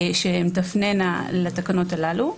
שהן תפנינה לתקנות הללו,